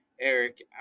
Eric